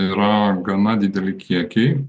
yra gana dideli kiekiai